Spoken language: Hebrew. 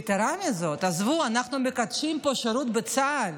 יתרה מזאת, עזבו, אנחנו מקדשים פה שירות בצה"ל,